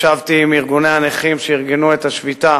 ישבתי עם ארגוני הנכים שארגנו את השביתה